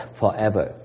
forever